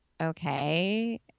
okay